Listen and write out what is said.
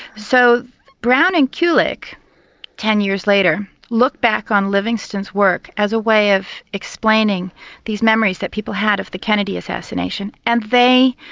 so brown and kulik ten years later looked back on livingston's work as a way of explaining these memories that people had of the kennedy assassination and they,